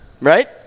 Right